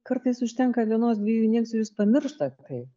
kartais užtenka vienos dviejų injekcijų jūs pamirštat tai